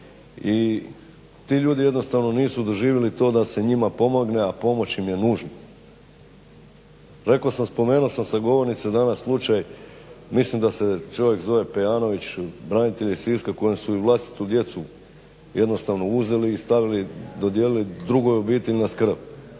i ti ljudi jednostavno nisu doživjeli to da se njima pomogne, a pomoć im je nužna. Rekao sam, spomenuo sa govornice danas slučaj, mislim da se čovjek zove Pejanović, branitelj iz Siska kojem su i vlastitu djecu jednostavno uzeli i dodijelili drugoj obitelji na skrb.